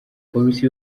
polisi